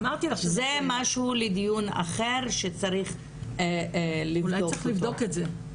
זה משהו לדיון אחר שצריך לבדוק אותו.